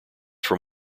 from